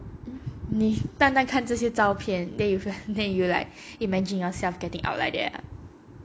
你单单看这些照片 then you then you like imagine yourself getting out like that ah